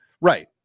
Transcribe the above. right